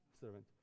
servant